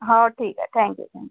हा ठीक आहे थँक्यू थँक्यू